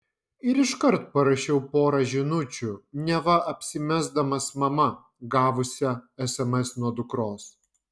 ir iškart parašiau porą žinučių neva apsimesdamas mama gavusia sms nuo dukros